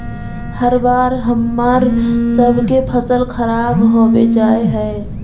हर बार हम्मर सबके फसल खराब होबे जाए है?